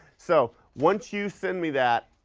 so once you send me that,